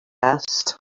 asked